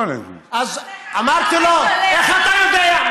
אז אמרתי לו: איך אתה יודע?